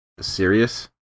serious